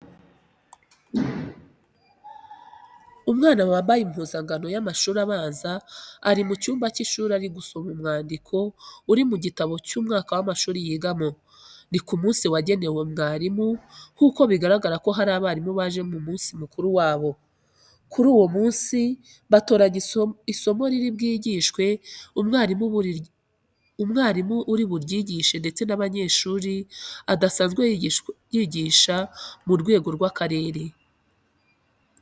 Umwana wambaye impuzankano y'amashuri abanza ari mu cyumba k'ishuri ari gusoma umwandiko uri mu gitabo cy'umwaka w'amashuri yigamo. Ni ku munsi wagenewe mwarimu nk'uko bigaragara ko hari abarimu baje mu munsi mukuru wabo. Kuri uwo munsi batoranya isomo riri bwigishwe, umwarimu uri buryishe ndetse n'abanyeshuri adasanzwe yigisha mu rwego rw'akarere.